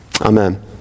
Amen